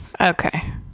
okay